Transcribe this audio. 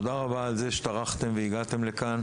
תודה רבה על זה שטרחתם והגעתם לכאן,